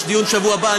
יש דיון בשבוע הבא.